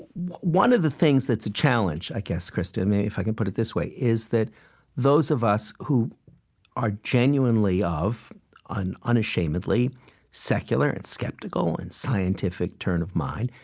one of the things that's a challenge, i guess, krista, and maybe if i can put it this way, is that those of us who are genuinely of an unashamedly secular and skeptical and scientific turn of mind,